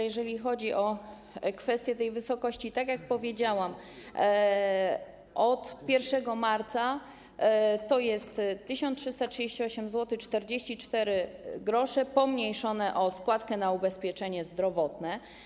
Jeżeli chodzi o kwestię tej wysokości, to tak jak powiedziałam, od 1 marca to 1338,44 zł pomniejszone o składkę na ubezpieczenie zdrowotne.